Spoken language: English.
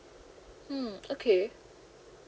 mm okay